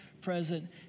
present